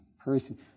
person